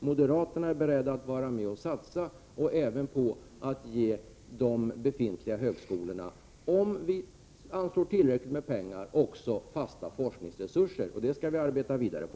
Moderaterna är således beredda att stödja satsningar och att bevilja befintliga högskolor fasta forskningsresurser om bara tillräckligt med pengar anslås. Det tycker jag att vi skall arbeta vidare på.